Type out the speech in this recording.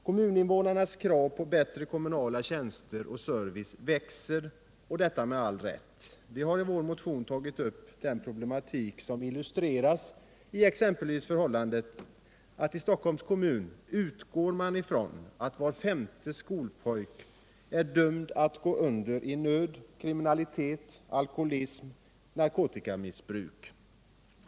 Kommuninvånarnas krav på bättre kommunala tjänster och service växer, och detta med all rätt. Vi har i vår motion tagit upp den problematik som illustreras av det förhållandet att Stockholms kommun utgår ifrån att var femte skolpojk är dömd att gå under i nöd, kriminalitet, alkoholism och narkotikamissbruk.